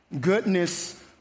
goodness